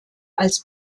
als